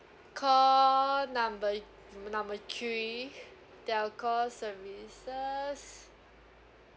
call number number three telco services